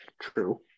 true